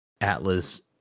Atlas